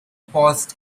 paused